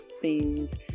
themes